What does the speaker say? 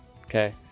Okay